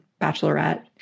bachelorette